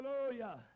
hallelujah